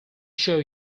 show